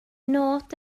nod